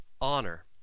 honor